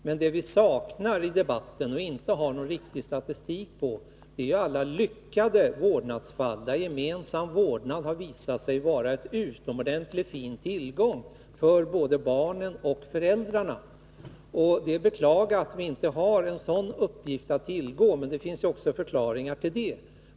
Men vad vi saknar i debatten och inte har någon riktig statistik på är alla lyckade vårdnadsfall, där gemensam vårdnad har visat sig vara en utmärkt fin tillgång för både barnen och föräldrarna. Det är att beklaga att vi inte har sådana uppgifter att tillgå — det finns förklaringar till det.